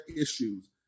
issues